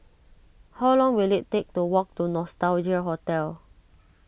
how long will it take to walk to Nostalgia Hotel